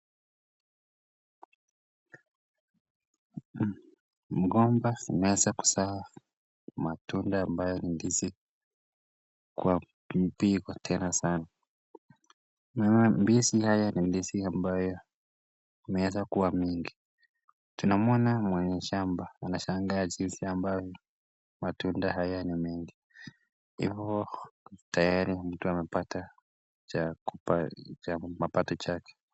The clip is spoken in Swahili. Mgomba umeweza kutoa matunda ambayo ni ndizi kwa mpigo tena sana. Naona ndizi haya ni ndizi ambayo umeweza kuwa mingi. Tunamuona mwenye shamba anashangaa jinsi ambavyo matunda haya ni mengi. Hivyo tayari mtu amepata cha kupa mapato chake.